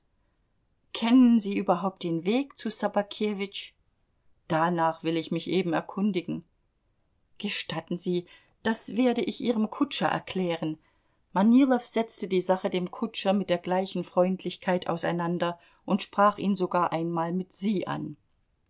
kennen sie überhaupt den weg zu ssobakewitsch danach will ich mich eben erkundigen gestatten sie das werde ich ihrem kutscher erklären manilow setzte die sache dem kutscher mit der gleichen freundlichkeit auseinander und sprach ihn sogar einmal mit sie an